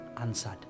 answered